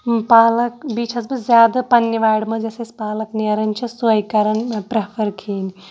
پالک بیٚیہِ چھَس بہٕ زیادٕ پنٛنہِ وارِ منٛز یوٚس اَسہِ پالک نیران چھِ سوے کَران مےٚ پرٛٮ۪فَر کھیٚنۍ